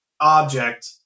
object